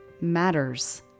matters